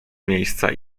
miejsca